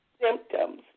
symptoms